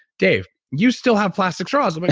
dave, you still have plastic straws. i'm like,